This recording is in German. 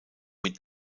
mit